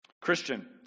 Christian